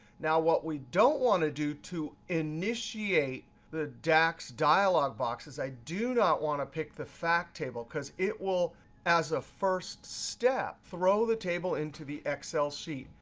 now, we don't want to do to initiate the dax dialog box is i do not want to pick the fact table, because it will as a first step throw the table into the excel sheet.